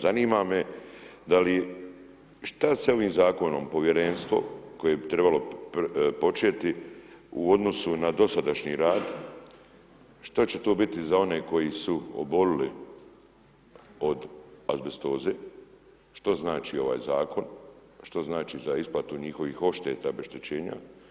Zanima me da li, što sa ovim zakonom povjerenstvo koje bi trebalo početi u odnosu na dosadašnji rad što će to biti za one koji su obolili od azbestoze što znači ovaj zakona, što znači za isplatu njihovih odšteta, obeštećenja?